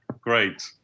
Great